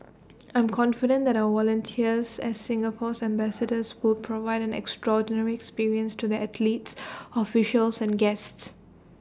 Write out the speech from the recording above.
I'm confident that our volunteers as Singapore's ambassadors will provide an extraordinary experience to the athletes officials and guests